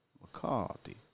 McCarthy